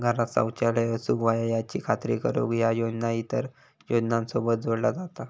घरांत शौचालय असूक व्हया याची खात्री करुक ह्या योजना इतर योजनांसोबत जोडला जाता